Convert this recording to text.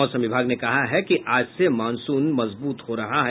मौसम विभाग ने कहा है कि आज से मॉनसून मजबूत हो रहा है